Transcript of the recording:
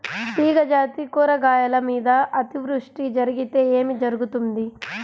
తీగజాతి కూరగాయల మీద అతివృష్టి జరిగితే ఏమి జరుగుతుంది?